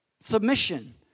Submission